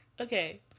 Okay